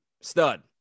Stud